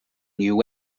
new